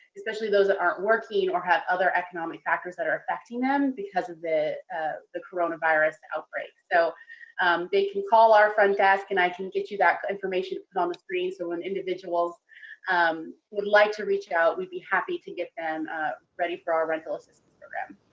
especially those that aren't working or have other economic factors that are affecting them because of the ah the coronavirus outbreak. so they can call our front desk and i can get you that information to put on the screen, so when individuals um would like to reach out we'd be happy to get them ready for our rental assistance program.